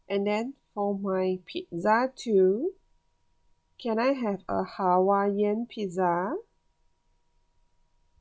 and then for my pizza two can I have a hawaiian pizza